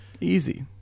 Easy